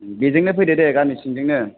बेजों फैदो दे गामि सिंजोंनो